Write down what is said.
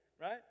Right